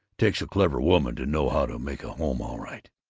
takes a clever woman to know how to make a home, all right!